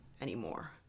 anymore